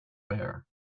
bare